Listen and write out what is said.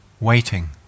waiting